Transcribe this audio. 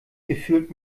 gefühlt